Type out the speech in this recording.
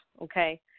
okay